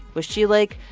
was she, like,